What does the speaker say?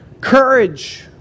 courage